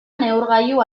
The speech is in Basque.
neurgailu